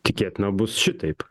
tikėtina bus šitaip